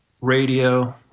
radio